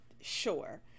sure